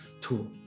tool